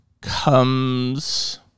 comes